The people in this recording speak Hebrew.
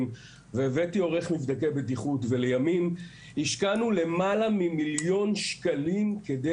והבאתי בודקי בטיחות ולימים השקענו למעלה ממיליון שקלים כדי